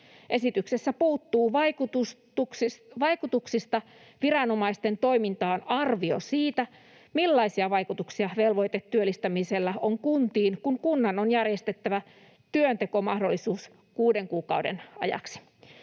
Esityksestä puuttuu vaikutuksista viranomaisten toimintaan arvio siitä, millaisia vaikutuksia velvoitetyöllistämisellä on kuntiin, kun kunnan on järjestettävä työntekomahdollisuus kuuden kuukauden ajaksi.